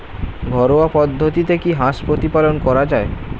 ঘরোয়া পদ্ধতিতে কি হাঁস প্রতিপালন করা যায়?